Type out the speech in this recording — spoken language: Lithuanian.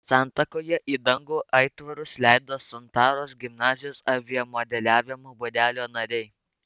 santakoje į dangų aitvarus leido santaros gimnazijos aviamodeliavimo būrelio nariai